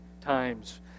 times